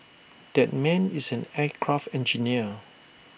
that man is an aircraft engineer